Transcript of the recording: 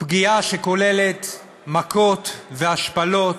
פגיעה שכוללת מכות, והשפלות,